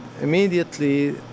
immediately